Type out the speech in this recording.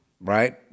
Right